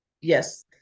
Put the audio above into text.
Yes